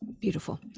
beautiful